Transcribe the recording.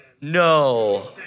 No